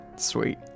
sweet